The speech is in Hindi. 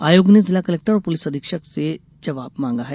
आयोग ने जिला कलेक्टर और पुलिस अधीक्षक से जबाब मांगा है